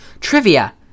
trivia